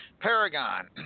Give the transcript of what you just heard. Paragon